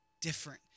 different